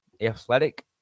Athletic